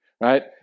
right